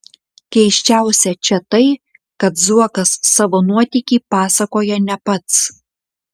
keisčiausia čia tai kad zuokas savo nuotykį pasakoja ne pats